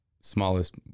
smallest